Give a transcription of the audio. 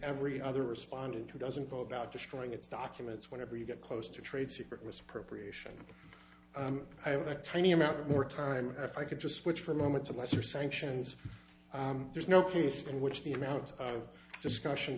every other responded to doesn't go about destroying its documents whenever you get close to trade secret risk procreation i have a tiny amount more time if i could just switch from moment to lesser sanctions there's no case in which the amount of discussion